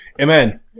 amen